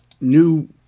new